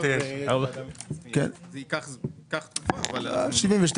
ייקח תקופה אבל נוציא.